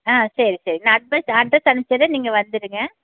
ஆ சரி சரி நான் அட்ரஸ் அட்ரஸ் அனுப்ச்சிடுறேன் நீங்கள் வந்துடுங்க